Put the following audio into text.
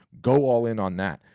go all-in on that.